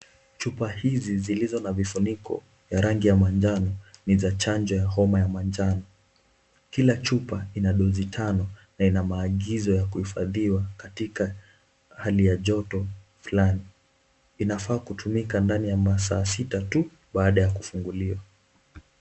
Chupa hizi zilizo na vifuniko vya rangi ya manjano ni za chanjo ya homa ya manjano. Kila chupa ina dozi tano na ina maagizo ya kuhifadhiwa katika hali ya joto fulani. Inafaa kutumika ndani ya masaa sita tu baada ya kufunguliwa.